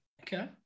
Okay